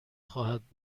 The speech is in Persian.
خواهد